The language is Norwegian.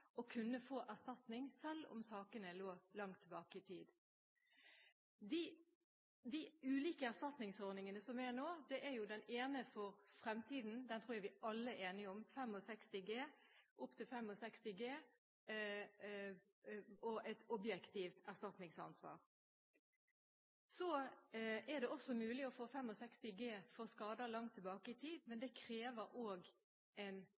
å kunne få erstatning, selv om sakene lå langt tilbake i tid. Når det gjelder de ulike erstatningsordningene som nå finnes, er den ene for fremtiden, og den tror jeg vi alle er enige om: opp til 65 G og med et objektivt erstatningsansvar. Det er også mulig å få 65 G for skader langt tilbake i tid, men